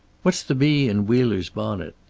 what's the bee in wheeler's bonnet?